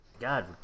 God